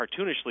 cartoonishly